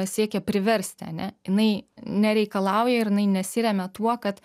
siekia priversti ane jinai nereikalauja ir jinai nesiremia tuo kad